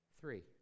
three